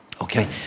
Okay